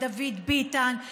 דוד ביטן,